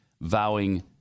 vowing